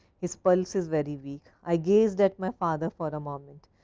his pulse is very weak. i gazed at my father for a moment,